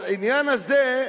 על העניין הזה,